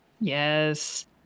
Yes